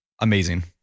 amazing